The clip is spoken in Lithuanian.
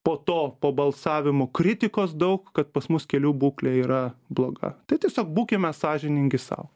po to po balsavimo kritikos daug kad pas mus kelių būklė yra bloga tai tiesiog būkime sąžiningi sau